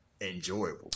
enjoyable